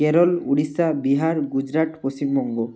Kerala Orissa Bihar Gujarat Paschimbanga